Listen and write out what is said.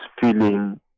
feeling